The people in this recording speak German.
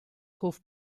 hof